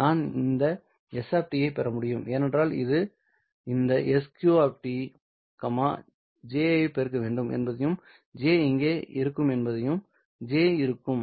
நான் இந்த s ஐப் பெற முடியும் ஏனென்றால் இது இந்த sq j ஐ பெருக்க வேண்டும் என்பதையும் j இங்கே இருக்கும் என்பதையும் j இருக்கும்